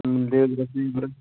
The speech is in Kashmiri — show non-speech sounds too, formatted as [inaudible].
[unintelligible]